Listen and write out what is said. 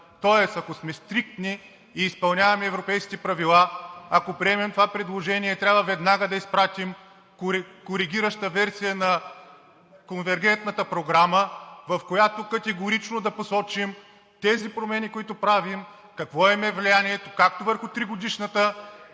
Тоест, ако сме стриктни и изпълняваме европейските правила, ако приемем това предложение, трябва веднага да изпратим коригираща версия на конвергентната програма, в която категорично да посочим тези промени, които правим – какво им е влиянието както върху тригодишната